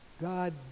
God